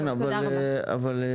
תודה רבה.